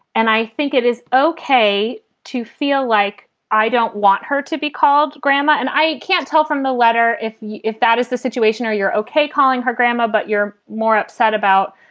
and i think it is okay to feel like i don't want her to be called grandma. and i can't tell from the letter if yeah if that is the situation or you're ok calling her grandma, but you're more upset about,